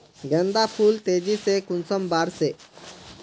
गेंदा फुल तेजी से कुंसम बार से?